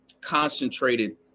concentrated